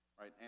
right